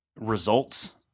results